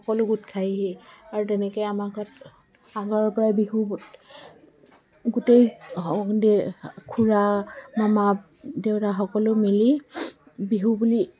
সকলো গোট খাইহিয়ে আৰু তেনেকৈ আমাৰ ঘৰত আগৰ পৰাই বিহু গোটেই খুৰা মামা দেউতা সকলো মিলি বিহু বুলি